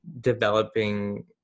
developing